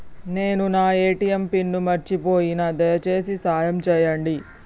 నేను నా ATM pin మర్చిపోయిన, దయచేసి సాయం చేయండి